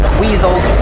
weasels